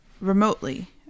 remotely